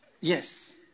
Yes